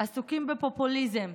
עסוקים בפופוליזם,